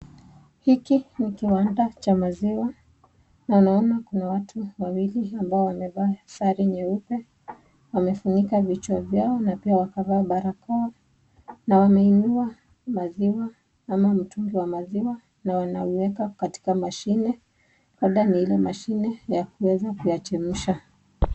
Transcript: hiki ni kiwanda cha maziwa na ninaona kuna watu wawili ambao wamevaa sare nyeupe. Wamefunika vichwa vyao na pia wakavaa barakoa na wameinua maziwa ama mitungi wa maziwa na wanauweka katika mashine uenda ni ile mashine ya kuweza kuyatimisha.